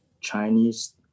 Chinese